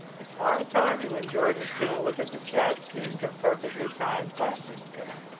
it's hard timing when george is gonna look at the chat stream to perfectly time questions to him